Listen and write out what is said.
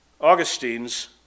Augustine's